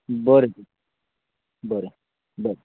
बरें बरें बरें